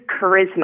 charisma